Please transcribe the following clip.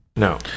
no